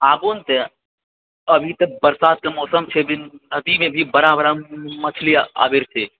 आबू नऽ तऽ अभी तऽ बरसातके मौसम छै नदीमे भी बड़ा बड़ा मछली आबै छै